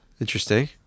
Interesting